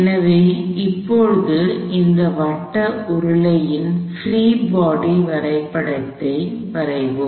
எனவே இப்போது இந்த வட்ட உருளையின் பிரீ பாடி வரைபடத்தை வரைவோம்